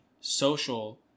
social